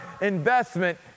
investment